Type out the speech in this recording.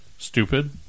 stupid